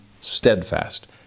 steadfast